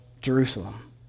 Jerusalem